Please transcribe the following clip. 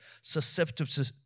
susceptible